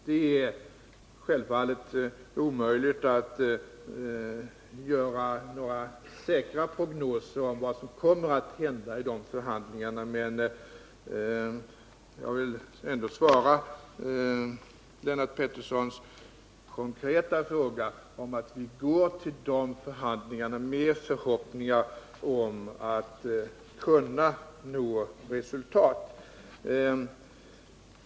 Det är självfallet omöjligt att göra några säkra prognoser om vad som kommer att hända i de förhandlingarna, men jag vill ändå på Lennart Petterssons konkreta fråga svara att vi går till dessa förhandlingar i förhoppningen att nå framgång.